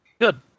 Good